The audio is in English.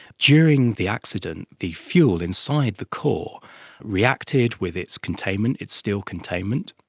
during the accident, the fuel inside the core reacted with its containment, its steel containment,